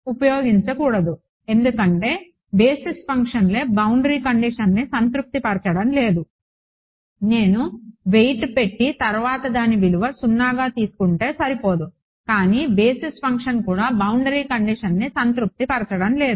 ఉపయోగించకూడదు ఎందుకంటే బేసిస్ ఫంక్షన్లే బౌండరీ కండిషన్ను సంతృప్తి పరచడం లేదునేను వెయిట్ పెట్టి తరువాత దాని విలువ 0గా తీసుకుంటే సరిపోదు కానీ బేసిస్ ఫంక్షన్ కూడా బౌండరీ కండిషన్ని సంతృప్తి పరచడం లేదు